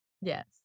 Yes